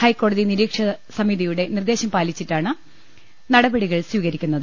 ഹൈക്കോടതി നിരീക്ഷക സമിതിയുടെ നിർദ്ദേശം പാലിച്ചിട്ടാണ് നടപടികൾ സ്വീകരി ക്കുന്നത്